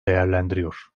değerlendiriyor